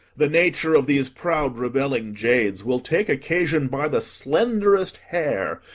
the nature of these proud rebelling jades will take occasion by the slenderest hair,